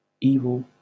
Evil